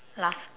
last